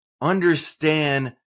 understand